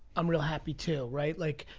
i'm real happy, too, right? like,